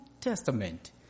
Testament